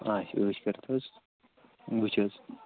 اَچھا عٲش کٔرِتھ حظ وٕچھ حظ